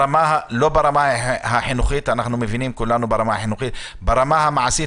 לא ברמה החינוכית, ברמה המעשית.